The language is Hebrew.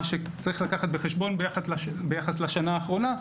מה שצריך לקחת בחשבון ביחס לשנה האחרונה,